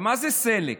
מה זה סלק?